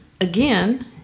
again